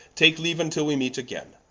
take leaue vntill we meete againe,